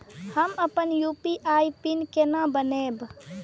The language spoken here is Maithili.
हम अपन यू.पी.आई पिन केना बनैब?